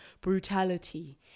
brutality